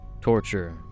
Torture